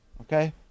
okay